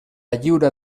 lliura